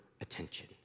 attention